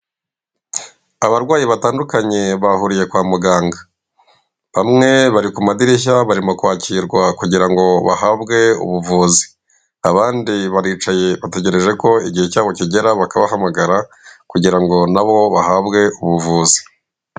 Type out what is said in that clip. Abarwayi batandukanye bahuriye kwa muganga, bamwe bari ku madirishya barimo kwakirwa kugirango bahabwe ubuvuzi, abandi baricaye bategereje ko igihe cyabo kigera bakabahamagara kugira ngo nabo bahabwe ubuvuzi.